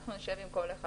אנחנו נשב עם כל אחד.